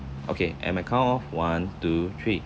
okay and my count of one two three